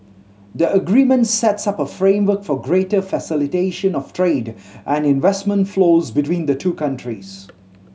the agreement sets up a framework for greater facilitation of trade and investment flows between the two countries